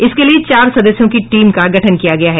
इसके लिये चार सदस्यों की टीम का गठन किया गया है